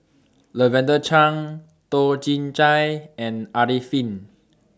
Lavender Chang Toh Chin Chye and Arifin